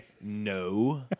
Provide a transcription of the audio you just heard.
no